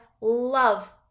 love